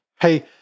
hey